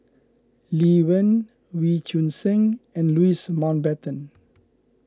Lee Wen Wee Choon Seng and Louis Mountbatten